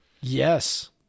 Yes